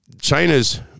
China's